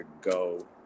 go